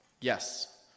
Yes